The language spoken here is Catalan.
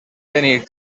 tenir